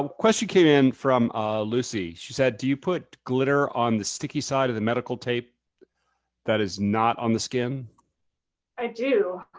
um question came in from lucy. she said do you put glitter on the sticky side of the medical tape that is not on the skin? n i do.